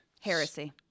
Heresy